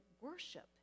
worship